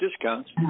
discounts